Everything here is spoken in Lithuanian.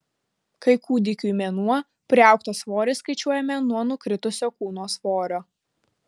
kai kūdikiui mėnuo priaugtą svorį skaičiuojame nuo nukritusio kūno svorio